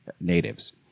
natives